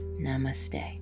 namaste